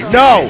no